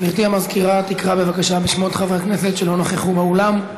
גברתי המזכירה תקרא בבקשה בשמות חברי הכנסת שלא נכחו באולם.